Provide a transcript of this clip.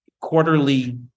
quarterly